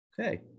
Okay